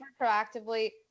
proactively